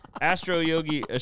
Astro-yogi